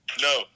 No